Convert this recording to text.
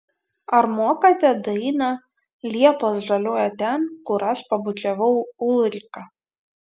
ar mokate dainą liepos žaliuoja ten kur aš pabučiavau ulriką